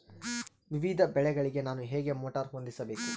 ವಿವಿಧ ಬೆಳೆಗಳಿಗೆ ನಾನು ಹೇಗೆ ಮೋಟಾರ್ ಹೊಂದಿಸಬೇಕು?